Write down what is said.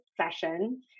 session